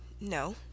No